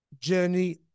journey